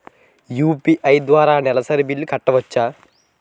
UPI ద్వారా నెలసరి బిల్లులు కట్టవచ్చా?